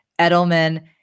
Edelman